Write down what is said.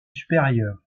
supérieur